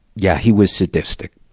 yeah, he was sadistic.